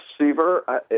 Seaver